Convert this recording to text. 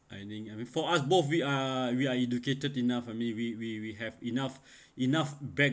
I think and before us both we are we are educated enough ah I mean we we have enough enough